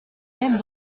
même